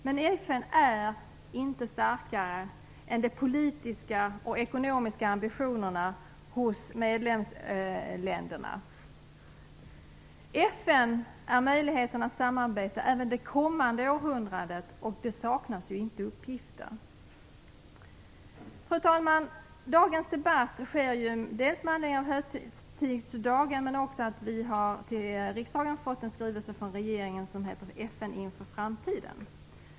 Men FN är inte starkare än de politiska och ekonomiska ambitionerna hos medlemsländerna. FN är möjligheternas samarbete även det kommande århundradet, och det saknas inte uppgifter. Fru talman! Dagens debatt sker dels med anledning av högtidsdagen och dels med anledning av att riksdagen har fått en skrivelse från regeringen som heter "FN inför framtiden".